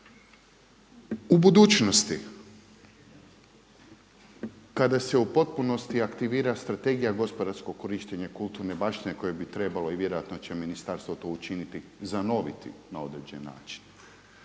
U budućnosti kada se u potpunosti aktivira Strategija gospodarskog korištenja kulturne baštine koje bi trebalo i vjerojatno će ministarstvo to i učiniti zanoviti na određeni način.